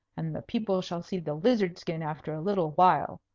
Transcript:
and the people shall see the lizard-skin after a little while.